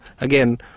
again